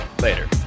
Later